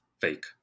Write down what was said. fake